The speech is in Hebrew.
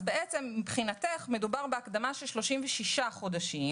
אז מבחינתך מדובר בהקדמה של 36 חודשים.